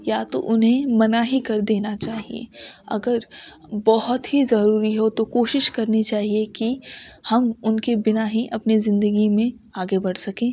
یا تو انہیں منع ہی کر دینا چاہیے اگر بہت ہی ضروری ہو تو کوشش کرنی چاہیے کہ ہم ان کے بنا ہی اپنی زندگی میں آگے بڑھ سکیں